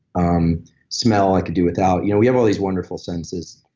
um smell i could do without. you know, we have all these wonderful senses,